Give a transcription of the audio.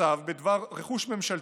לצו בדבר רכוש ממשלתי